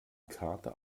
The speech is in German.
kater